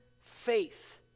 faith